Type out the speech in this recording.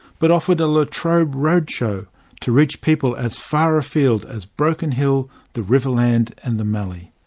but offered a la trobe roadshow to reach people as far afield as broken hill, the riverland and the mallee.